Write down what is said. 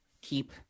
keep